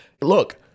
Look